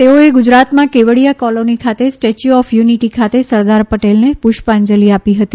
તેઓએ ગુજરાતમાં કેવડિયા કોલોની ખાતે સ્ટેચ્યુ ઓફ યુનિટી ખાતે સરદાર પટેલને પુષ્પાંજલી કરી હતી